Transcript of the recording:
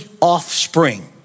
offspring